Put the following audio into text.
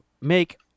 make